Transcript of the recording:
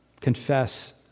confess